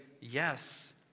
yes